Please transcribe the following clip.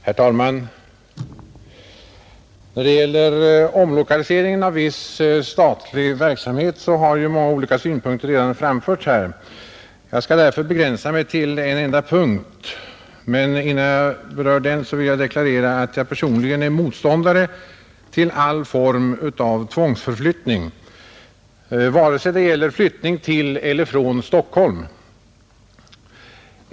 Herr talman! När det gäller omlokaliseringen av viss statlig verksamhet har många olika synpunkter redan framförts här. Jag skall därför begränsa mig till en enda sak, men innan jag berör den vill jag deklarera, att jag personligen är motståndare till all form av tvångsförflyttning vare sig det gäller flyttning till eller från Stockholm.